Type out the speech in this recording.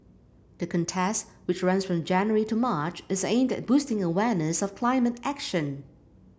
the contest which runs from January to March is aimed at boosting awareness of climate action